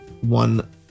one